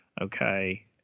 okay